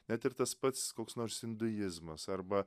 net ir tas pats koks nors induizmas arba